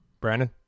brandon